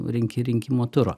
rinki rinkimų turo